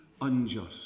unjust